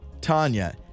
Tanya